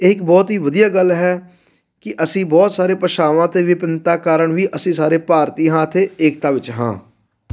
ਇਹ ਇੱਕ ਬਹੁਤ ਹੀ ਵਧੀਆ ਗੱਲ ਹੈ ਕਿ ਅਸੀਂ ਬਹੁਤ ਸਾਰੇ ਭਾਸ਼ਾਵਾਂ ਅਤੇ ਵਿਭਿੰਨਤਾ ਕਾਰਨ ਵੀ ਅਸੀਂ ਸਾਰੇ ਭਾਰਤੀ ਹਾਂ ਅਤੇ ਏਕਤਾ ਵਿੱਚ ਹਾਂ